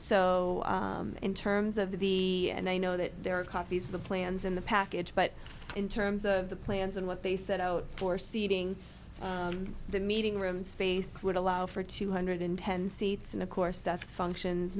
so in terms of the and i know that there are copies of the plans in the package but in terms of the plans and what they set out for seating the meeting rooms space would allow for two hundred ten seats and of course that's functions